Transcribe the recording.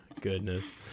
Goodness